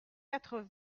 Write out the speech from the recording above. quatre